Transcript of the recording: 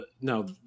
now